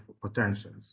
potentials